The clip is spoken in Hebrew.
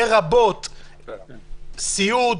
לרבות סיעוד,